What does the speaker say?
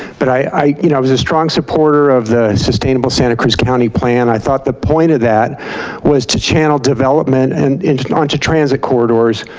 but i you know i was a strong supporter of the sustainable santa cruz county plan. i thought the point of that was to channel development and onto transit corridors,